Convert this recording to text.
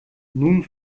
nun